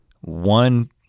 one